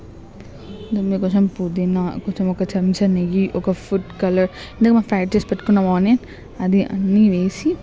దానిమీద కొంచం పుదీనా ఒక చెంచా నెయ్యి ఒక ఫుడ్ కలర్ మనం ఫ్రై చేసి పెట్టుకున్న అన్ని అదే అన్నీ వేసి